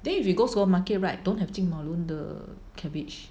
then if you go supermarket right don't have 金马论的 cabbage